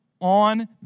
on